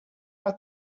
out